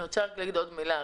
אני רוצה להגיד עוד מילה.